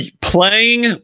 Playing